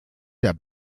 der